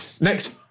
next